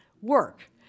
work